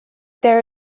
there